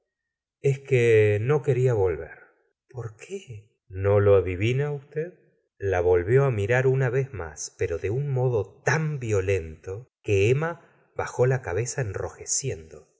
es que no quería volver por qué no lo adivina usted la volvió it mirar una vez mas pero de un modo tan violento que emma bajó la cabeza enrojeciendo